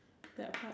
that part